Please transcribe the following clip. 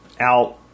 out